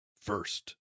First